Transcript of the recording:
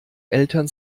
eltern